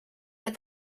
but